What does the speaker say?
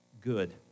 good